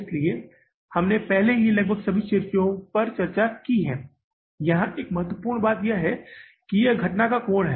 इसलिए हमने पहले ही लगभग सभी चीजों पर चर्चा की है यहाँ एक महत्वपूर्ण बात यह है कि यह घटना का कोण है